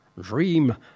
Dream